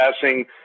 passing